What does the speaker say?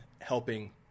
helping